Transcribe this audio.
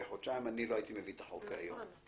לא הייתי מביא את החוק היום,